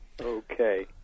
Okay